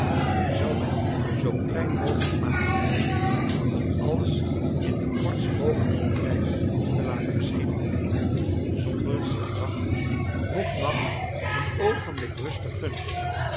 zou men zoo klein mogelijk maken om alles in den kortst mogelijken tijd te laten geschieden zonder zich dag noch nacht een oogenblik rust te gunnen